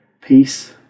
peace